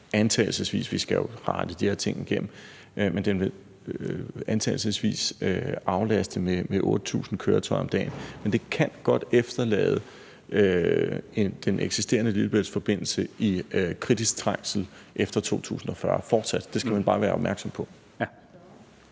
antagelsesvis – men vi skal jo kigge de her ting igennem – vil aflaste med 8.000 køretøjer om dagen, fortsat kan efterlade den eksisterende Lillebæltsforbindelse i kritisk trængsel efter 2040 – det skal man bare være opmærksom på. Kl. 15:18 Fjerde